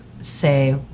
say